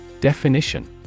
Definition